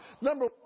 Number